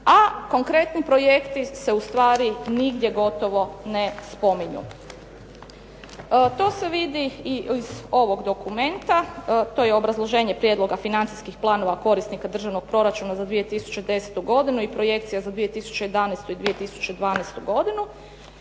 a konkretni projekti se ustvari nigdje gotovo ne spominju. To se vidi i iz ovog dokumenta. To je obrazloženje prijedloga financijskih planova korisnika državnog proračuna za 2010. godini i projekcija za 2011. i 2012. godinu,